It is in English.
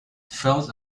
felt